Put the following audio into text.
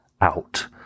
out